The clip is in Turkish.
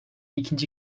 ikinci